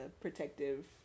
protective